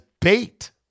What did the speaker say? bait